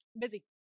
busy